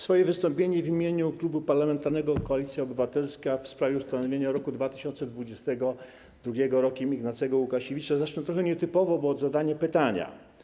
Swoje wystąpienie w imieniu Klubu Parlamentarnego Koalicja Obywatelska w sprawie ustanowienia roku 2022 Rokiem Ignacego Łukasiewicza zacznę trochę nietypowo, bo od zadania pytania: